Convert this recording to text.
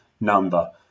number